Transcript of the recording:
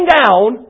down